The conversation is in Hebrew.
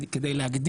לכן, חשוב לי להבין